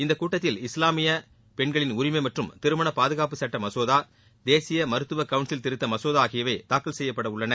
இந்தக் கூட்டத்தில் இஸ்லாமிய பெண்களின் உரிமை மற்றும் திருமண பாதுகாப்பு சட்ட மசோதா தேசிய மருத்துவ கவுன்சில் திருத்த மசோதா ஆகியவை தாக்கல் செய்யப்பட உள்ளன